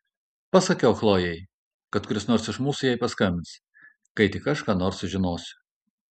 pasakiau chlojei kad kuris nors iš mūsų jai paskambins kai tik aš ką nors sužinosiu